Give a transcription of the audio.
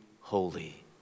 holy